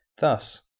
Thus